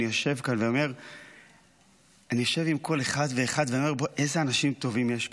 ואני יושב כאן עם כל אחד ואומר: איזה אנשים טובים יש כאן,